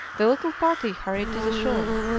the little party hurried to the shore.